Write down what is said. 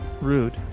rude